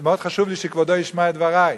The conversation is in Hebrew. מאוד חשוב לי שכבודו ישמע את דברי.